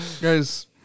guys